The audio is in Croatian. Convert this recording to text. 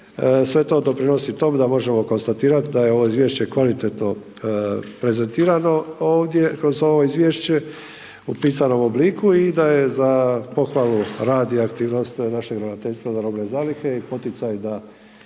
sve to doprinosi tom da možemo konstatirati da je ovo izvješće kvalitetno prezentirano ovdje kroz ovo izvješće u pisanom obliku i da je za pohvalu rad i aktivnost našeg Ravnateljstva za robne zaliha i poticaj da